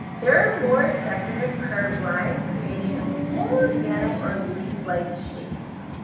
there are more decorative curved lines creating more organic or leaf-like shapes.